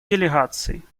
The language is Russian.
делегаций